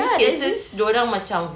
ya there's this